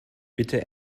bitte